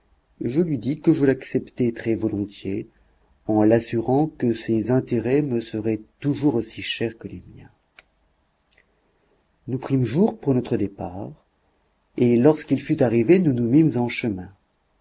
je lui dis que je l'acceptais très-volontiers en l'assurant que ses intérêts me seraient toujours aussi chers que les miens nous prîmes jour pour notre départ et lorsqu'il fut arrivé nous nous mîmes en chemin